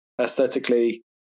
Aesthetically